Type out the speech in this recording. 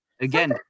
Again